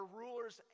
rulers